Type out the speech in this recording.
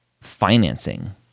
financing